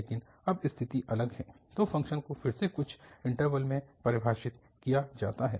लेकिन अब स्थिति अलग है तो फ़ंक्शन को फिर से कुछ इन्टरवल में परिभाषित किया जाता है